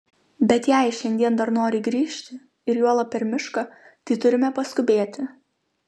bet jei šiandien dar nori grįžti ir juolab per mišką tai turime paskubėti